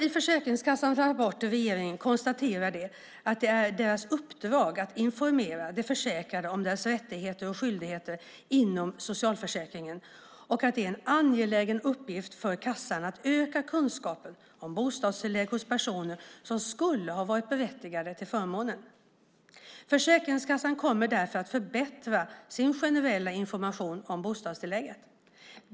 I Försäkringskassans rapport till regeringen konstateras att det är deras uppdrag att informera de försäkrade om deras rättigheter och skyldigheter inom socialförsäkringen och att det är en angelägen uppgift för kassan att öka kunskapen om bostadstillägg hos personer som skulle kunna vara berättigade till förmånen. Försäkringskassan kommer därför att förbättra sin generella information om bostadstillägg.